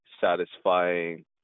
satisfying